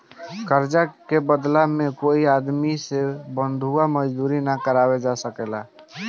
कर्जा के बदला में कोई आदमी से बंधुआ मजदूरी ना करावल जा सकेला